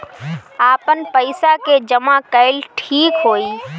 आपन पईसा के जमा कईल ठीक होई?